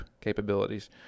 capabilities